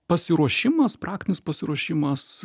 pasiruošimas praktinis pasiruošimas